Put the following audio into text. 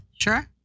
Sure